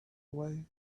away